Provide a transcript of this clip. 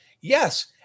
Yes